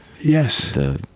Yes